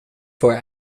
for